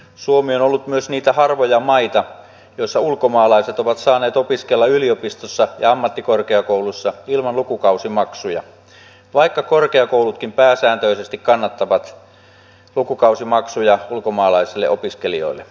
suomi on ollut myös niitä harvoja maita joissa ulkomaalaiset ovat saaneet opiskella yliopistossa ja ammattikorkeakoulussa ilman lukukausimaksuja vaikka korkeakoulutkin pääsääntöisesti kannattavat lukukausimaksuja ulkomaalaisille opiskelijoille